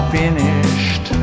finished